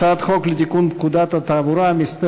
הצעת חוק לתיקון פקודת התעבורה (מס'